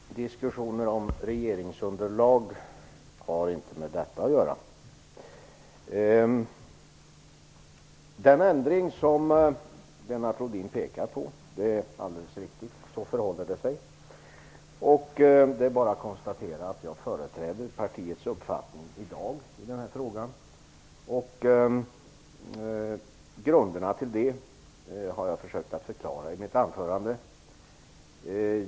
Herr talman! Diskussioner om regeringsunderlag har inte med detta att göra. Lennart Rohdin har alldeles rätt i den förändring han pekar på. Så förhåller det sig. Det är bara att konstatera att jag företräder partiets uppfattning i dag i den här frågan. Grunderna för den har jag försökt att klargöra i mitt anförande.